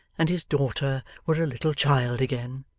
and his daughter were a little child again.